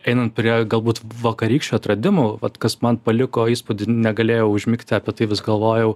einant prie galbūt vakarykščių atradimų vat kas man paliko įspūdį negalėjau užmigti apie tai vis galvojau